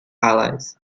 allies